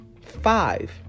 Five